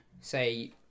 say